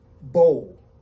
bowl